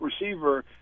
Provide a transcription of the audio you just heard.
receiver